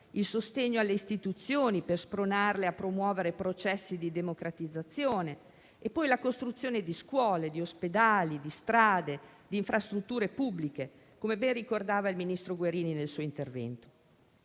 il sostegno alle Istituzioni per spronarle a promuovere processi di democratizzazione; la costruzione di scuole, ospedali, strade e infrastrutture pubbliche, come ha ben ricordato il ministro Guerini nel suo intervento.